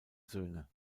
söhne